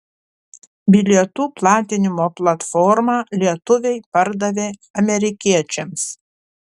bilietų platinimo platformą lietuviai pardavė amerikiečiams